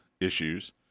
issues